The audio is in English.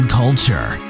culture